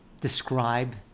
describe